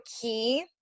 key